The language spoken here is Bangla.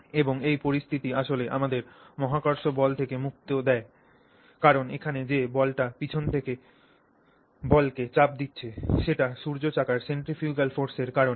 এবং এই পরিস্থিতি আসলে আমাদের মহাকর্ষ বল থেকে মুক্তি দেয় কারণ এখানে যে বলটি পিছন থেকে বলকে চাপ দিচ্ছে সেটা সূর্য চাকার centrifugal force এর কারণে